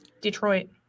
Detroit